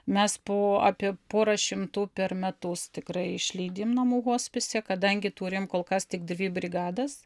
mes po apie porą šimtų per metus tikrai išlydim namų hospise kadangi turim kol kas tik dvi brigadas